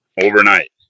overnight